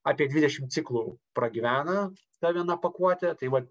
apie dvidešimt ciklų pragyvena ta viena pakuotė tai vat